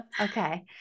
Okay